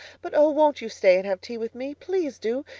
but oh, won't you stay and have tea with me? please, do.